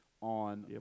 on